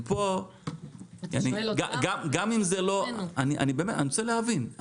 גם אם זה לא --- אני רוצה להבין,